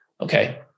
Okay